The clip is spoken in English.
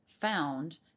found